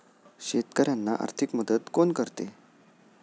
शेतकऱ्यांना आर्थिक मदत कोण करते?